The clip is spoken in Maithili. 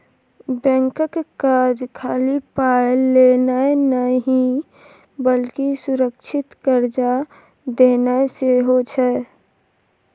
बैंकक काज खाली पाय लेनाय नहि बल्कि सुरक्षित कर्जा देनाय सेहो छै